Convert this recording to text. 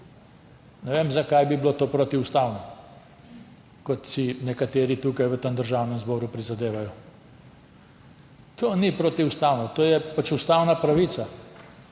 Ne vem, zakaj bi bilo to protiustavno, kot si nekateri tukaj v Državnem zboru prizadevajo. To ni protiustavno, to je pač ustavna pravica,